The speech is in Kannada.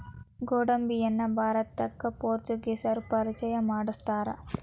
ಗೋಡಂಬಿಯನ್ನಾ ಭಾರತಕ್ಕ ಪೋರ್ಚುಗೇಸರು ಪರಿಚಯ ಮಾಡ್ಸತಾರ